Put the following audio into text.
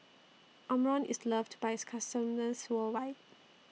Omron IS loved By its customers worldwide